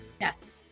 Yes